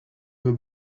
will